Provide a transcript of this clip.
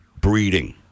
breeding